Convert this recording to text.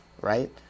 right